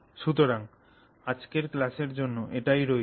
সুতরাং আজকের ক্লাসের জন্য এতটাই রইল